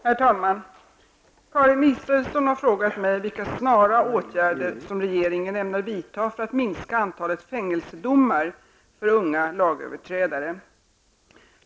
Herr talman! Karin Israelsson har frågat mig vilka snara åtgärder som regeringen ämnar vidta för att minska antalet fängelsedomar för unga lagöverträdare.